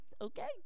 okay